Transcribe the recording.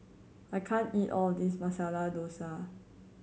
I can't eat all of this Masala Dosa